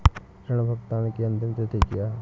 ऋण भुगतान की अंतिम तिथि क्या है?